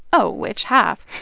oh, which half?